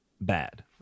bad